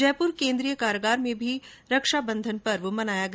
जयपुर केन्द्रीय कारागार में भी रक्षाबंधन मनाया गया